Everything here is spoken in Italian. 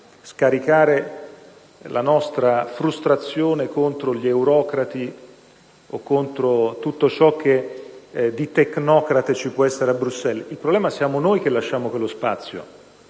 scaricare la nostra frustrazione contro gli eurocrati o contro tutto ciò che di tecnocratico ci può essere a Bruxelles: il problema siamo noi che lasciamo quello spazio.